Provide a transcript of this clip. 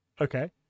Okay